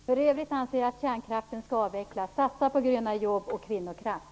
Herr talman! För övrigt anser jag att kärnkraften skall avvecklas. Satsa på gröna jobb och kvinnokraft!